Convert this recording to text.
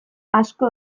asko